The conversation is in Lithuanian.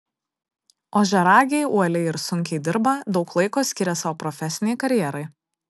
ožiaragiai uoliai ir sunkiai dirba daug laiko skiria savo profesinei karjerai